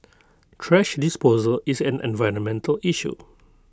thrash disposal is an environmental issue